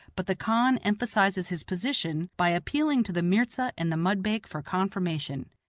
but the khan emphasizes his position by appealing to the mirza and the mudbake for confirmation.